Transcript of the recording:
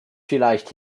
vielleicht